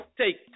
Take